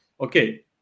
okay